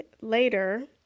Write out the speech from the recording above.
later